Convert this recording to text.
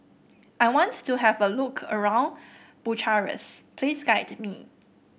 I want to have a look around Bucharest please guide me